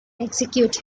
execute